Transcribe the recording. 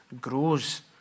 grows